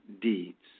deeds